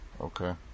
Okay